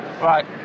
Right